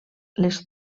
les